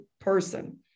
person